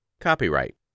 Copyright